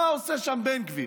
מה עושה שם בן גביר?